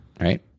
right